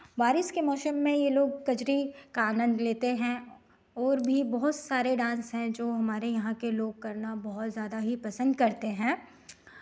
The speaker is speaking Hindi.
बारिश के मौसम में ये लोग कजरी का आनंद लेते हैं और भी बहुत सारे डांस हैं जो हमारे यहाँ के लोग करना बहुत ज़्यादा ही पसंद करते हैं